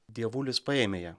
dievulis paėmė ją